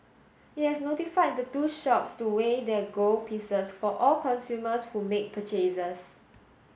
it has notified the two shops to weigh their gold pieces for all consumers who make purchases